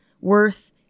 worth